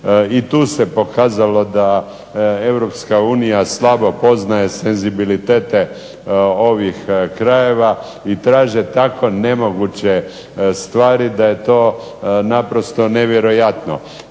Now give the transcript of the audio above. i tu se pokazalo da Europska unija slabo poznaje senzibilitete ovih krajeva i traže tako nemoguće stvari da je to naprosto nevjerojatno.